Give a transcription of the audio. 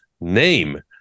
name